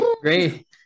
Great